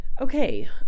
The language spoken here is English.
okay